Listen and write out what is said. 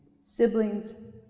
siblings